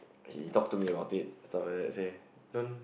he talked to me about it so after that say don't